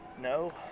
no